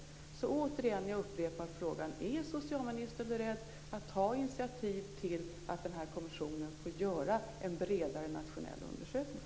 Jag frågar återigen: Är socialministern beredd att ta initiativ till att kommissionen får göra en bredare nationell undersökning?